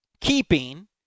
keeping